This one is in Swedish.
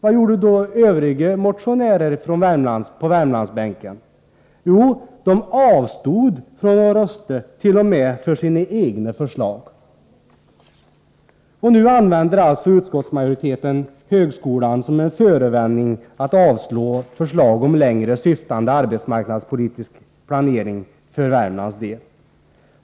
Vad gjorde då övriga motionärer på Värmlandsbänken? Jo, de avstod t.o.m. från att rösta på sina egna förslag. Och nu använder alltså utskottsmajoriteten högskolan såsom en förevändning för att avstyrka förslag om längre syftande arbetsmarknadspolitisk planering för bl.a. Värmlands del.